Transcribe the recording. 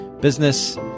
business